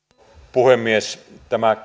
puhemies tämä